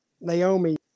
Naomi